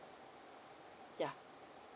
yeah